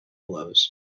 blows